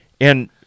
and-